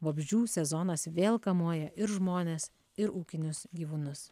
vabzdžių sezonas vėl kamuoja ir žmones ir ūkinius gyvūnus